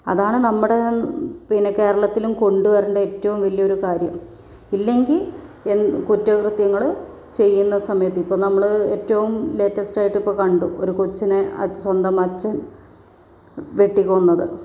അതാണ് നമ്മുടെ പിന്നെ കേരളത്തിലും കൊണ്ടു വരേണ്ട ഏറ്റവും വലിയൊരു കാര്യം ഇല്ലെങ്കിൽ കുറ്റകൃത്യങ്ങൾ ചെയ്യുന്ന സമയത്ത് ഇപ്പോൾ നമ്മൾ ഏറ്റവും ലേറ്റസ്റ്റ് ആയിട്ട് ഇപ്പോൾ കണ്ടു ഒരു കൊച്ചിനെ സ്വന്തം അച്ഛൻ വെട്ടിക്കൊന്നത്